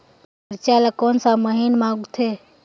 मिरचा ला कोन सा महीन मां उगथे?